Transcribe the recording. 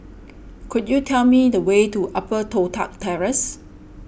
could you tell me the way to Upper Toh Tuck Terrace